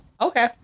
Okay